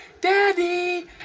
daddy